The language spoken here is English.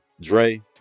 Dre